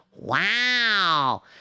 Wow